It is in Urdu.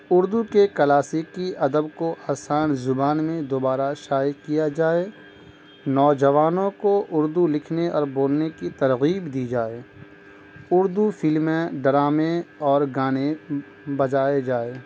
اردو کے کلاسیکی ادب کو آسان زبان میں دوبارہ شائع کیا جائے نوجوانوں کو اردو لکھنے اور بولنے کی ترغیب دی جائے اردو فلمیں ڈرامے اور گانے بجائے جائے